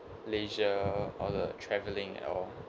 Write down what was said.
malaysia all the travelling or